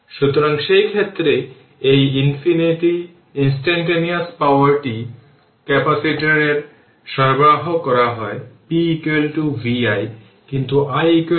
সুতরাং এর পরের মানে যদি দেখুন এটি এখানে প্রথমে KVL প্রয়োগ করে যাতে i1 i এবং i1 i2 i1 i2 i দেওয়া তাই এখানে এই লুপে KVL প্রয়োগ করুন